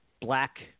black